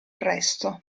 resto